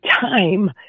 time